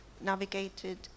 navigated